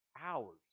Hours